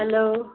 hello